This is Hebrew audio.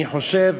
אני חושב